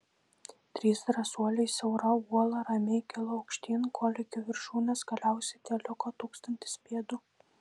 trys drąsuoliai siaura uola ramiai kilo aukštyn kol iki viršūnės galiausiai teliko tūkstantis pėdų